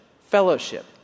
Fellowship